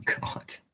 God